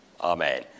Amen